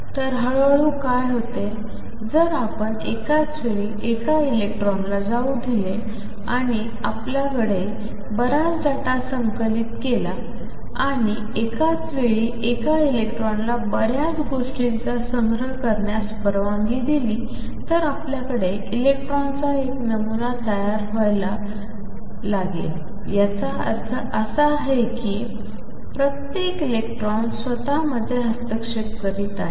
तर हळूहळू काय होते जर आपण एकाच वेळी एका इलेक्ट्रॉनला येऊ दिले आणि आपल्याकडे बराच डेटा संकलित केला आणि एकाच वेळी एका इलेक्ट्रॉनिकला बर्याच गोष्टींचा संग्रह करण्यास परवानगी दिली तर आपल्या कडे इलेक्ट्रॉनचा एक नमुना तयार होईल याचा अर्थ असा आहे की प्रत्येक इलेक्ट्रॉन स्वतःमध्ये हस्तक्षेप करीत आहे